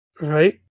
Right